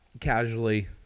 casually